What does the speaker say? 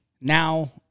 now